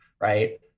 right